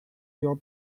your